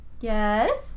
Yes